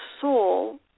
soul